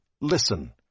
listen